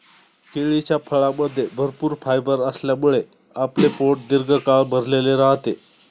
केळीच्या फळामध्ये भरपूर फायबर असल्यामुळे आपले पोट दीर्घकाळ भरलेले राहते